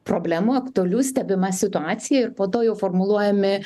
problemų aktualių stebima situacija ir po to jau formuluojami